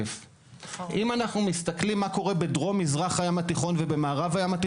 אם נסתכל מה קורה בדרום מזרח הים התיכון ובמערבו,